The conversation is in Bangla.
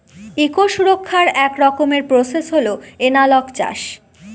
ইকো সুরক্ষার এক রকমের প্রসেস হল এনালগ চাষ